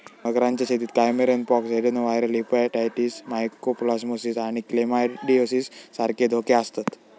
मगरांच्या शेतीत caiman pox, adenoviral hepatitis, mycoplasmosis आणि क्लेमायडिओसिस सारखे धोके आसतत